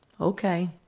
okay